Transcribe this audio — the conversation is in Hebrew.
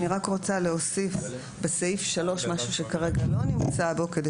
אני רק רוצה להוסיף בסעיף 3 משהו שכרגע לא נמצא בו כדי